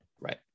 Right